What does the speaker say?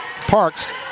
Parks